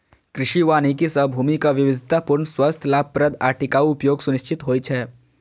कृषि वानिकी सं भूमिक विविधतापूर्ण, स्वस्थ, लाभप्रद आ टिकाउ उपयोग सुनिश्चित होइ छै